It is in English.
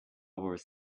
wars